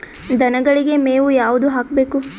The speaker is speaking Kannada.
ದನಗಳಿಗೆ ಮೇವು ಯಾವುದು ಹಾಕ್ಬೇಕು?